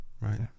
right